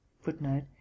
Footnote